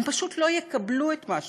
הם פשוט לא יקבלו את מה שקוצץ.